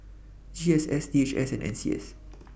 GSS DHS and NCS